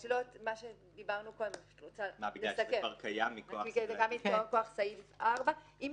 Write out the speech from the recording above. שדיברנו קודם שהוא גם מכוח סעיף 4. בעיניי,